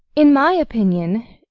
in my opinion,